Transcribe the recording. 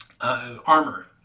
Armor